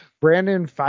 Brandon